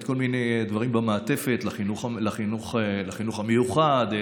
כל מיני דברים במעטפת: לחינוך המיוחד,